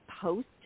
post